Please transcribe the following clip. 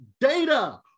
data